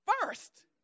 First